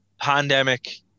pandemic